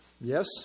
Yes